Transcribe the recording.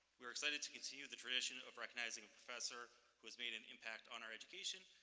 we are excited to continue the tradition of recognizing a professor who has made an impact on our education,